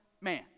man